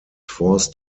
forced